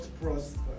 prosper